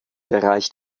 bereich